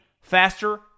faster